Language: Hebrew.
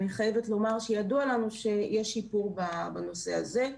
אני חייבת לומר שידוע לנו שיש שיפור בנושא הזה.